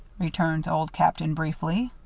returned old captain, briefly.